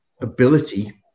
ability